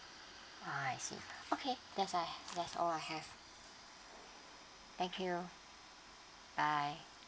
ah I see okay that's I that's all I have thank you bye